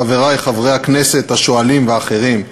חברי חברי הכנסת, השואלים והאחרים,